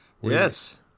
Yes